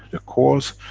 the cores,